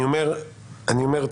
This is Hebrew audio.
אני אומר,